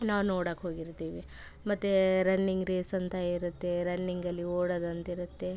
ನಾವು ನೋಡಕ್ಕೆ ಹೋಗಿರ್ತೀವಿ ಮತ್ತು ರನ್ನಿಂಗ್ ರೇಸ್ ಅಂತ ಇರುತ್ತೆ ರನ್ನಿಂಗಲ್ಲಿ ಓಡೋದಂತ ಇರುತ್ತೆ